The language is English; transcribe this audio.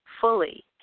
fully